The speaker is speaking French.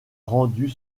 rendu